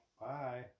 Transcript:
Bye